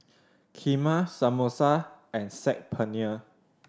Kheema Samosa and Saag Paneer